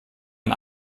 ein